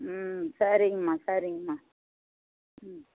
ம் சரிங்கம்மா சரிங்கம்மா ம்